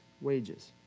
wages